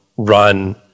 run